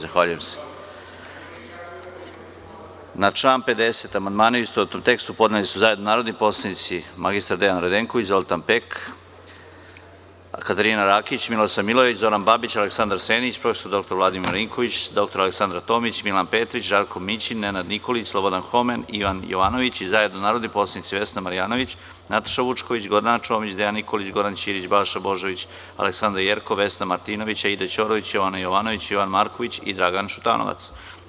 Na član 50. amandmane, u istovetnom tekstu, podneli su zajedno narodni poslanici mr Dejan Radenković, Zoltan Pek, Katarina Rakić, Milosav Milojević, Zoran Babić, Aleksandar Senić, prof. dr Vladimir Marinković, dr Aleksandra Tomić, Milan Petrić, Žarko Mićin, Nenad Nikolić, Slobodan Homen, Ivan Jovanović i zajedno narodni poslanici Vesna Marjanović, Nataša Vučković, Gordana Čomić, Dejan Nikolić, Goran Ćirić, Balša Božović, Aleksandra Jerkov, Vesna Martinović, Aida Ćorović, Jovana Jovanović, Jovan Marković i Dragan Šutanovac.